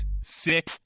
sick